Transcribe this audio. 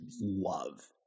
love